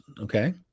Okay